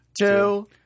two